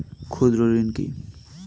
ক্ষুদ্র ঋণ কি?